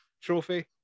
trophy